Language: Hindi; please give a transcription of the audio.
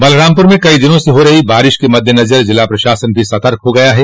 बलरामपुर में कई दिनों से हो रही बारिश के मद्देनजर जिला प्रशासन भी सतर्क हो गया है